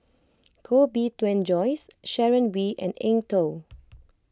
Koh Bee Tuan Joyce Sharon Wee and Eng Tow